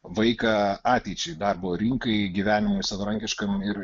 vaiką ateičiai darbo rinkai gyvenimui savarankiškam ir